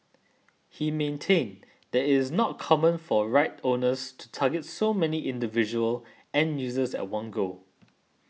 he maintained that it is not common for rights owners to target so many individual end users at one go